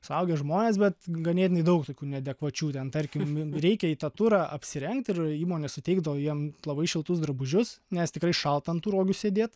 suaugę žmonės bet ganėtinai daug tokių neadekvačių ten tarkim reikia į tą turą apsirengt ir įmonės suteikdavo jiem labai šiltus drabužius nes tikrai šalta ant tų rogių sėdėt